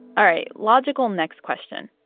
all right. logical next question.